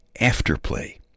afterplay